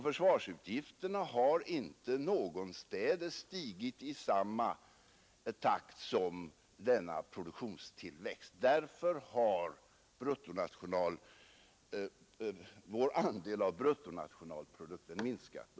Försvarsutgifterna har inte någonstädes stigit i samma takt som produktionen tillväxt. Därför har försvarskostnadernas andel av bruttonationalprodukten minskat.